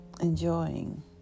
enjoying